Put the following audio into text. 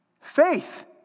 Faith